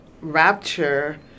Rapture